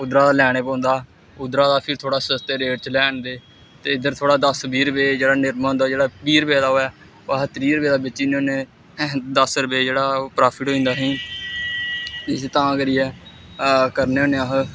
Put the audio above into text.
उद्धरा दा लैना पौंदा उद्धरा दा फिर थोह्ड़े सस्ते रेट च लेआह्नदे ते इद्धर थोह्ड़ा दस बीह् रपेऽ जेह्ड़ा निरमा होंदा जेह्ड़ा बीह् रपेऽ दा होऐ ओह् अस त्रीह् रपेऽ दा बेची ओड़ने होन्ने दस रपेऽ जेह्ड़ा ओह् प्राफिट होई जंदा असेंगी इसी तां करियै करने होन्ने अस